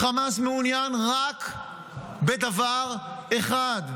חמאס מעוניין רק בדבר אחד,